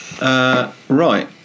Right